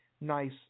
nice